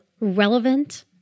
relevant